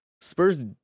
Spurs